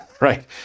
Right